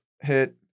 hit